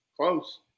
Close